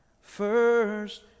first